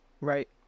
Right